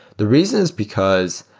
the reason is because,